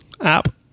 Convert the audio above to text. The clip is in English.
app